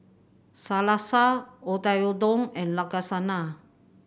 Salsa Oyakodon and Lasagna